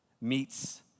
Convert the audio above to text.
meets